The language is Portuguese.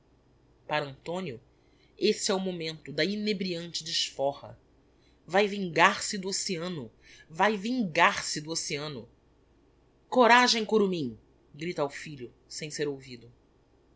para antonio esse é o momento da inebriante desforra vae vingar-se do oceano vae vingar-se do oceano coragem curumim grita ao filho sem ser ouvido